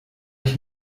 ich